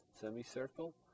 semicircle